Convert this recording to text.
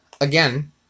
again